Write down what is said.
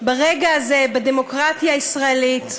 ברגע הזה, בדמוקרטיה הישראלית,